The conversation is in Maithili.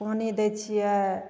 पानि दै छियै